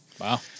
Wow